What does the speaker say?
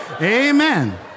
Amen